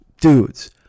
Dudes